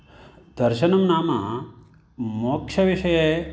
दर्शनं नाम मोक्षविषये